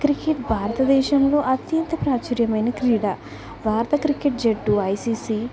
cricket భారతదేశంలో అత్యంత ప్రాచుర్యమైన క్రీడా భారత క్రికెట్ జట్టు ఐసిసి